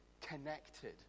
connected